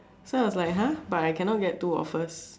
so I was like !huh! but I cannot get two offers